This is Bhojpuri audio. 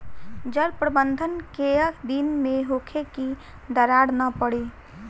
जल प्रबंधन केय दिन में होखे कि दरार न पड़ी?